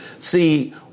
See